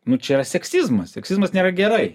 nu čia yra seksizmas seksizmas nėra gerai